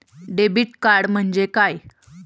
Debit card म्हणजे काय?